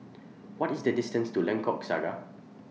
What IS The distance to Lengkok Saga